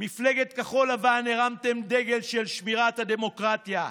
מפלגת כחול לבן, הרמתם דגל של שמירת הדמוקרטיה.